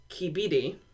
Kibidi